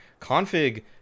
config